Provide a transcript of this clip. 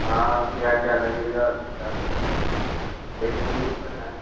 हाँ क्या क्या लगेगा उस हिसाब से होगा देख लेंगे तो बताएँगे